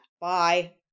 Bye